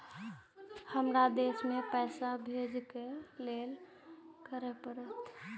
हमरा विदेश पैसा भेज के लेल की करे परते?